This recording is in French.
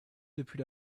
depuis